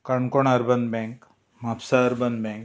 Canacona urban bank Mapusa urban bank